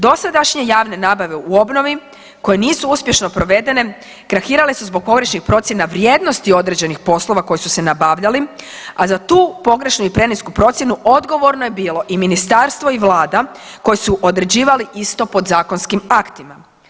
Dosadašnje javne nabave u obnovi koje nisu uspješno provedene krahirale su zbog pogrešnih procjena vrijednosti određenih poslova koji su se nabavljali, a za tu pogrešnu i prenisku procjenu odgovorno je bilo i ministarstvo i vlada koji su određivali isto podzakonskim aktima.